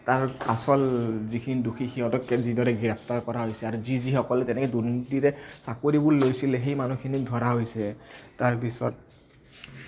তাৰ আচল যিখিনি দোষী সিহঁতক যিদৰে গ্ৰেপ্তাৰ কৰা হৈছে আৰু যি যি সকলে তেনেকে দুৰ্নীতিৰে চাকৰিবোৰ লৈছিলে সেই মানুহখিনিক ধৰা হৈছে তাৰপিছত